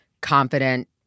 confident